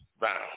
bound